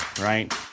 right